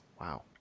Wow